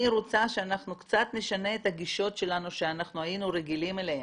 אני רוצה שאנחנו קצת נשנה את הגישות שלנו שאנחנו היינו רגילים אליהן,